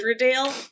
Riverdale